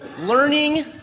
learning